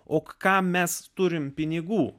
o ką mes turime pinigų